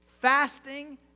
fasting